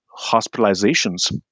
hospitalizations